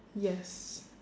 yes